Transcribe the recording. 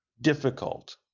difficult